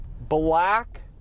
black